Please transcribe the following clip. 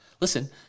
listen